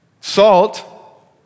Salt